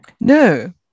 No